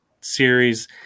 series